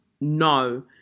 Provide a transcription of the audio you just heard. no